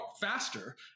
faster